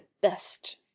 best